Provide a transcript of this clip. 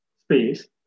space